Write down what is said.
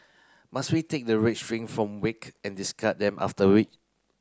must we take the red string from wake and discard them